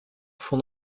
font